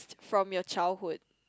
from your childhood